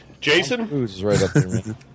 Jason